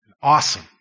awesome